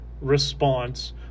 response